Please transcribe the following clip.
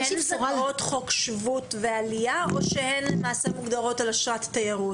הן לפי חוק השבות והעלייה או שהן למעשה מוגדרות על אשרת תייר?